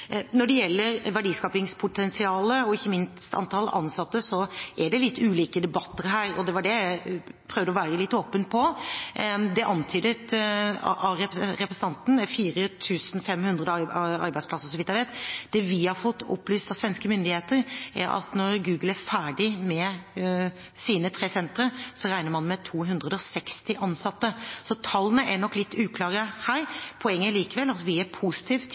Når det gjelder verdiskapingspotensialet og ikke minst antall ansatte, er det litt ulike debatter, og det var det jeg prøvde å være litt åpen på. Representanten antydet 4 500 arbeidsplasser, så vidt jeg vet. Det vi har fått oppgitt fra svenske myndigheter, er at når Facebook er ferdig med sine tre sentre, regner man med 260 ansatte. Så tallene er nok litt uklare her. Poenget er likevel at vi er positive